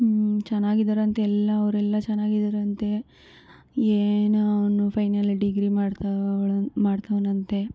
ಹ್ಞೂ ಚೆನ್ನಾಗಿದ್ದಾರಂತೆ ಎಲ್ಲ ಅವರೆಲ್ಲ ಚೆನ್ನಾಗಿದ್ದಾರಂತೆ ಏನೋ ಅವನು ಫೈನಲ್ ಡಿಗ್ರಿ ಮಾಡ್ತವ್ಳೆ ಮಾಡ್ತವ್ನಂತೆ